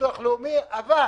וביטוח לאומי, אבל